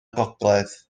gogledd